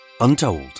untold